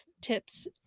tips